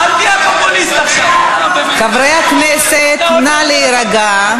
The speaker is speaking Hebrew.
אל תהיה פופוליסט, חברי הכנסת, נא להירגע.